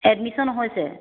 admission হৈছে